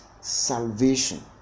salvation